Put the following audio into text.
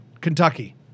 Kentucky